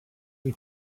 and